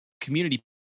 community